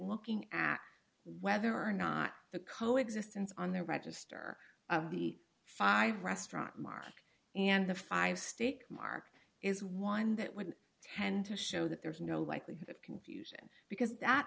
looking at whether or not the coexistence on the register the five restaurant mark and the five state mark is one that would tend to show that there is no likelihood of confusion because that